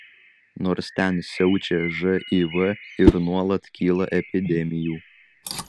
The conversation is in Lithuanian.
nors ten siaučia živ ir nuolat kyla epidemijų